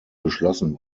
beschlossen